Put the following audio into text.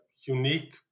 unique